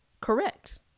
correct